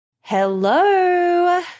Hello